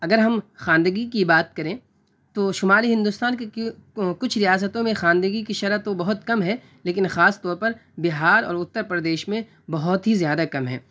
اگر ہم خواندگی کی بات کریں تو شمالی ہندوستان کی کچھ ریاستوں میں خواندگی کی شرح تو بہت کم ہے لیکن خاص طور پر بہار اور اتر پردیش میں بہت ہی زیادہ کم ہے